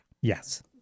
Yes